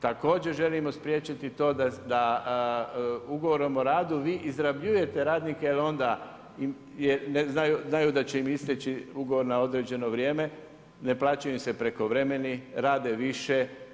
Također želimo spriječiti to da ugovorom o radu vi izrabljujete radnike jel onda znaju da će im isteći ugovor na određeno vrijeme, ne plaćaju im se prekovremeni, rade više.